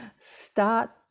start